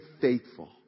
faithful